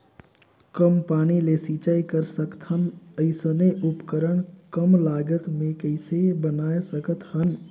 कम पानी ले सिंचाई कर सकथन अइसने उपकरण कम लागत मे कइसे बनाय सकत हन?